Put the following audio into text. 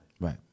Right